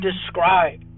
describe